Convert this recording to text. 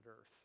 earth